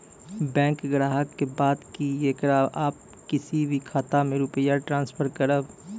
Bank ग्राहक के बात की येकरा आप किसी भी खाता मे रुपिया ट्रांसफर करबऽ?